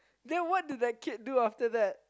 then what did that kid do after that